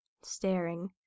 staring